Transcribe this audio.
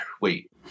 wait